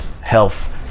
health